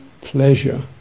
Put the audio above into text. pleasure